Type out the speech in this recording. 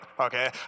okay